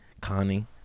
connie